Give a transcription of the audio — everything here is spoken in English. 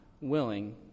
willing